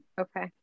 Okay